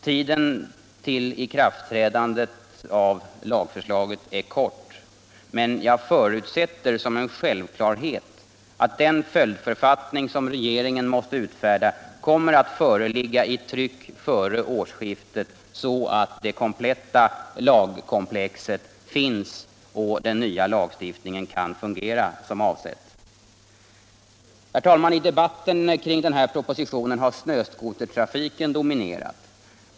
Tiden innan lagförslaget träder i kraft är kort, men jag förutsätter att det är en självklarhet att den följdförfattning som regeringen måste utfärda kommer att föreligga i tryck före årsskiftet, så att det kompletta lagkomplexet finns tillgängligt när lagstiftningen skall fungera som avsetts. I debatten kring denna proposition har snöskotertrafiken dominerat.